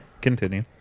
Continue